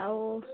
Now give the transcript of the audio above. ଆଉ